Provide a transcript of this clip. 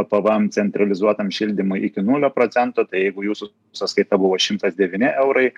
pvm centralizuotam šildymui iki nulio procento tai jeigu jūsų sąskaita buvo šimtas devyni eurai